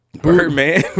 Birdman